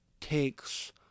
takes